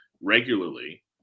regularly